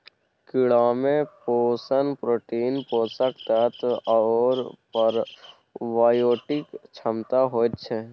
कीड़ामे पोषण प्रोटीन, पोषक तत्व आओर प्रोबायोटिक क्षमता होइत छै